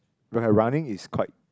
okay running is quite